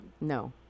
no